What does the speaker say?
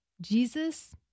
Jesus